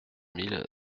mille